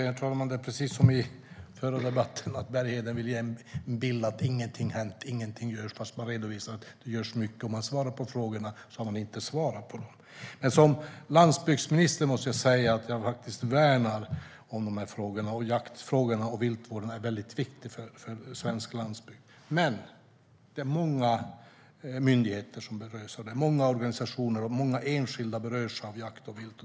Herr talman! Det är precis som i förra debatten: Bergheden vill ge bilden att ingenting har hänt och att ingenting görs fast man redovisar att mycket görs, och fast man svarar på frågorna har man inte svarat på dem. Som landsbygdsminister måste jag säga att jag värnar om dessa frågor. Jaktfrågorna och viltvården är väldigt viktiga för svensk landsbygd. Men det är många myndigheter, organisationer och enskilda som berörs av jakt och vilt.